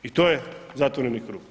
I to je zatvoreni krug.